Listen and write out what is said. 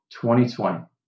2020